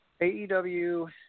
AEW